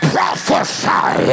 Prophesy